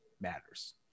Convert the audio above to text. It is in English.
matters